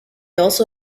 also